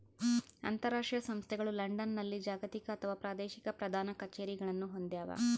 ಅಂತರಾಷ್ಟ್ರೀಯ ಸಂಸ್ಥೆಗಳು ಲಂಡನ್ನಲ್ಲಿ ಜಾಗತಿಕ ಅಥವಾ ಪ್ರಾದೇಶಿಕ ಪ್ರಧಾನ ಕಛೇರಿಗಳನ್ನು ಹೊಂದ್ಯಾವ